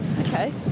okay